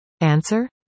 Answer